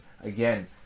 again